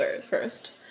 first